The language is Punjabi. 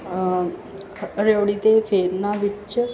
ਰਿਓੜੀ 'ਤੇ ਫੇਰਨਾ ਵਿੱਚ